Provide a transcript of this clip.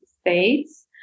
States